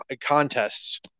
contests